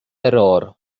error